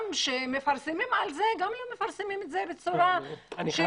גם כשמפרסמים על זה לא מפרסמים בצורה -- אני אתן